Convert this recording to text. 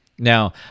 now